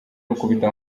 rukubita